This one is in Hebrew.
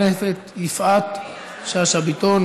נספחות.] חברת הכנסת יפעת שאשא ביטון,